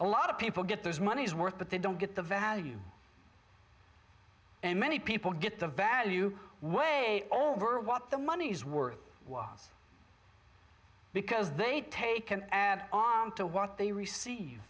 a lot of people get their money's worth but they don't get the value and many people get the value way over what the money's worth it was because they take an add on to what they receive